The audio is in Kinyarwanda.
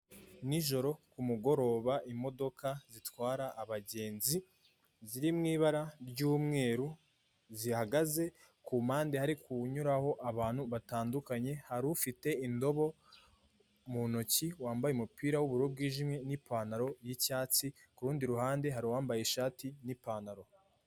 N'ijoro ku mugoroba imodoka zitwara abagenzi ziri mu ibara ry'umweru, zihagaze ku mpande hari kunyuraho abantu batandukanye, hari ufite indobo mu ntoki, wambaye umupira w'ubururu bwijimye n'ipantaro y'icyatsi, ku rundi ruhande hari uwambaye ishati n'ipantaro.